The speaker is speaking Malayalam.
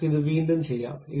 നമുക്ക് ഇത് വീണ്ടും ചെയ്യാം